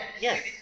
Yes